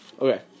okay